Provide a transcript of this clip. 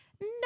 no